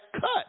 cut